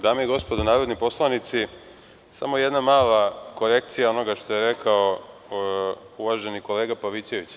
Dame i gospodo narodni poslanici, samo jedna mala korekcija onoga što je rekao uvaženi kolega Pavićević.